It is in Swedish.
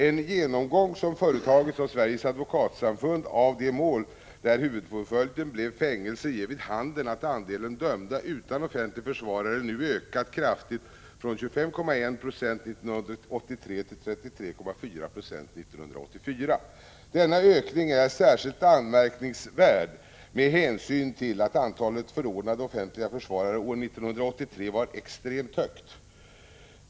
En genomgång som företagits av Sveriges Advokatsamfund av de mål där huvudpåföljden blev fängelse ger vid handen att andelen dömda utan offentlig försvarare nu ökat kraftigt, från 25,1 90 år 1983 till 33,4 90 år 1984. Denna ökning är särskilt anmärkningsvärd med hänsyn till att antalet förordnade offentliga försvarare år 1983 var extremt högt.